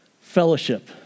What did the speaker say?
fellowship